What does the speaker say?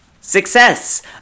Success